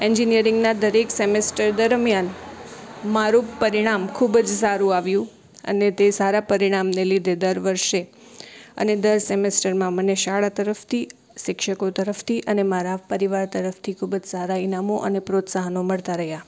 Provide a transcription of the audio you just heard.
એન્જિનીયરિંગના દરેક સેમેસ્ટર દરમ્યાન મારું પરીણામ ખૂબ જ સારું આવ્યું અને તે સારા પરીણામને લીધે દર વર્ષે અને દર સેમેસ્ટરમાં મને શાળા તરફથી શિક્ષકો તરફથી અને મારા પરિવાર તરફથી ખૂબ જ સારાં ઇનામો અને પ્રોત્સાહનો મળતા રહ્યાં